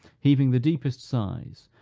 heaving the deepest sighs,